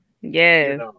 Yes